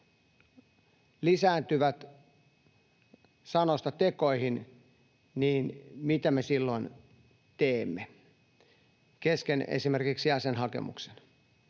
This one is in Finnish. lisääntyvät sanoista tekoihin, niin mitä me silloin teemme esimerkiksi kesken jäsenhakemuksen.